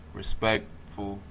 respectful